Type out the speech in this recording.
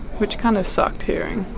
which kind of sucked hearing.